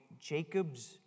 Jacob's